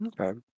Okay